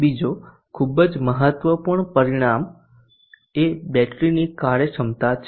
બીજો ખૂબ જ મહત્વપૂર્ણ પરિમાણ એ બેટરીની કાર્યક્ષમતા છે